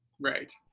Right